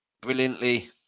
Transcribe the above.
brilliantly